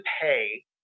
pay